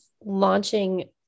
launching